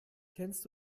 kennst